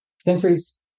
centuries